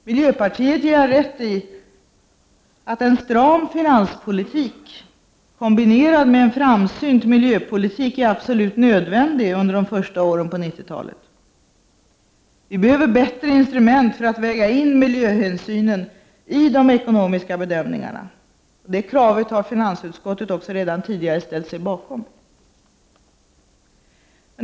Miljöpartiet ger jag rätt i att en stram finanspolitik, kombinerad med en framsynt miljöpolitik, är absolut nödvändig under de första åren av 1990 talet. Vi behöver bättre instrument för att väga in miljöhänsynen i de ekonomiska bedömningarna. Det kravet har finansutskottet också redan tidigare ställt sig bakom.